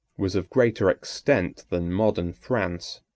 was of greater extent than modern france.